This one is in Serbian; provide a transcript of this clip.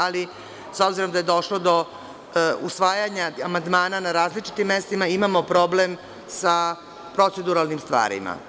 Ali, s obzirom da je došlo do usvajanja amandmana na različitim mestima, imamo problem sa proceduralnim stvarima.